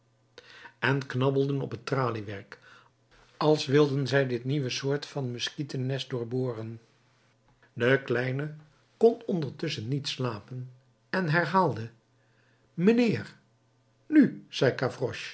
en knabbelden op het traliewerk als wilden zij dit nieuwe soort van muskietennest doorboren de kleine kon ondertusschen niet slapen en herhaalde mijnheer nu zei